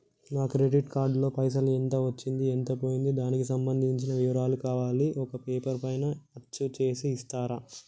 నా credit card లో పైసలు ఎంత వచ్చింది ఎంత పోయింది దానికి సంబంధించిన వివరాలు కావాలి ఒక పేపర్ పైన అచ్చు చేసి ఇస్తరా?